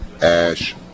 Ash